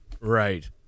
Right